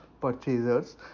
purchasers